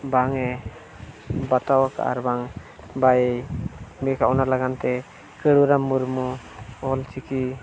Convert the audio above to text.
ᱵᱟᱝᱼᱮ ᱵᱟᱛᱟᱣ ᱟᱠᱟᱫᱟ ᱟᱨᱵᱟᱝ ᱞᱟᱹᱭ ᱟᱠᱟᱫ ᱚᱱᱟ ᱞᱟᱹᱜᱤᱫᱼᱛᱮ ᱠᱟᱹᱱᱩᱨᱟᱢ ᱢᱩᱨᱢᱩ ᱚᱞᱪᱤᱠᱤ